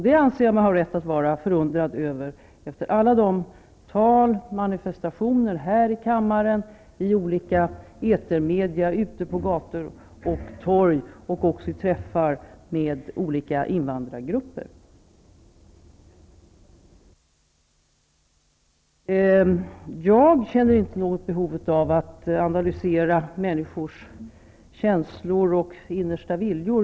Det anser jag mig ha rätt att vara förundrad över efter alla tal och manifestationer här i kammaren, i olika etermedia och ute på gator och torg och även träffar med olika invandrargrupper. Jag känner inte något behov av att analysera människors känslor och innersta vilja.